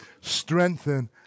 strengthen